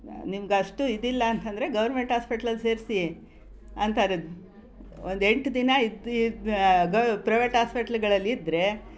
ನಿಮಗಷ್ಟು ಇದಿಲ್ಲ ಅಂತಂದರೆ ಗೌರ್ಮೆಂಟ್ ಆಸ್ಪಿಟ್ಲಲ್ ಸೇರಿಸಿ ಅಂತಾರೆ ಒಂದು ಎಂಟು ದಿನ ಇದ್ದು ಗೌ ಪ್ರೈವೇಟ್ ಹಾಸ್ಪಿಟ್ಲುಗಳಲ್ಲಿ ಇದ್ದರೆ